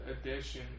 edition